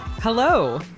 Hello